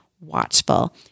watchful